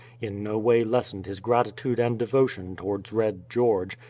in no way lessened his gratitude and devotion towards red george,